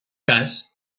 cas